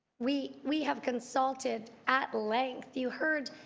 we we have consulted at length. you heard